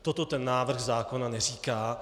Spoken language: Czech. Toto ten návrh zákona neříká.